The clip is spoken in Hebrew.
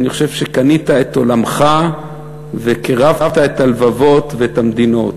אני חושב שקנית את עולמך וקירבת את הלבבות ואת המדינות.